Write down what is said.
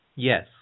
yes